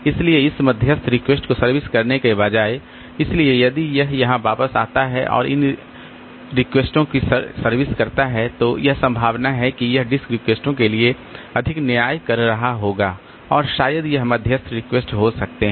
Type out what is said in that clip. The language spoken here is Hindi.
इसलिए इस मध्यस्थ रिक्वेस्ट को सर्विस करने के बजाय इसलिए यदि यह यहां वापस आता है और इस रिक्वेस्टों की सर्विस करता है तो यह संभावना है कि यह डिस्क रिक्वेस्टों के लिए अधिक न्याय कर रहा होगा और शायद यह मध्यस्थ रिक्वेस्ट हो सकते हैं